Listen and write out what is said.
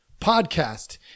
podcast